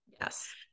Yes